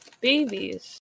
babies